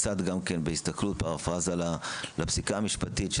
קצת גם בהסתכלות בפרפרזה לפסיקה המשפטית,